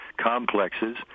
complexes